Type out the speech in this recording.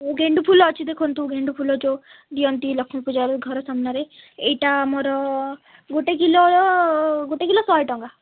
ଗେଣ୍ଡୁ ଫୁଲ ଅଛି ଦେଖନ୍ତୁ ଗେଣ୍ଡୁ ଫୁଲ ଯେଉଁ ଦିଅନ୍ତି ଳକ୍ଷ୍ମୀ ପୂଜାରେ ଘର ସାମ୍ନାରେ ଏଇଟା ଆମର ଗୋଟେ କିଲୋ ଗୋଟେ କିଲୋ ଶହେ ଟଙ୍କା